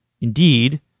indeed